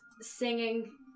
singing